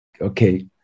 Okay